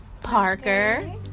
Parker